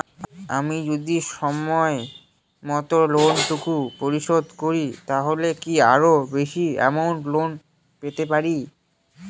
আমি যদি সময় মত লোন টুকু পরিশোধ করি তাহলে কি আরো বেশি আমৌন্ট লোন পেতে পাড়ি?